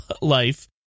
life